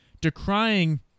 decrying